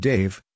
Dave